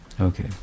okay